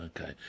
Okay